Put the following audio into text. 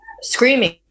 screaming